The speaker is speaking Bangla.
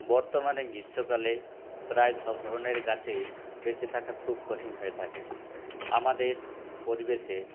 বর্তমানে গ্রীষ্মকালে প্রায় সব ধরণের গাছের বেঁচে থাকা খুব কঠিন হয়ে থাকে আমাদের পরিবেশে